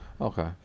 Okay